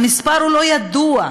המספר לא ידוע,